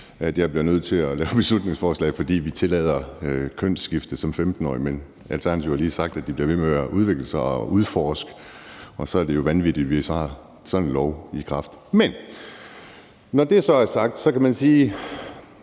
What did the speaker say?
jeg bliver nødt til at lave et beslutningsforslag, fordi vi tillader kønsskifte som 15-årig – men Alternativet har lige sagt, at man bliver ved med at udvikle sig og udforske, og så er det jo vanvittigt, hvis der er sådan en lov i kraft. Når det så er sagt, vil jeg sige,